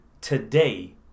today